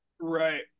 Right